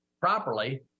Properly